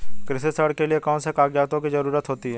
कृषि ऋण के लिऐ कौन से कागजातों की जरूरत होती है?